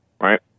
right